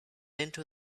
into